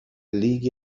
لیگ